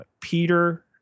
Peter